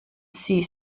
sie